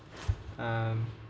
um